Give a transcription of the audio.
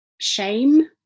shame